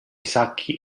sacchi